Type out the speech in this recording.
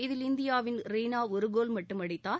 இதில் இந்தியாவின் ரீனா ஒரு கோல் மட்டும் அடித்தார்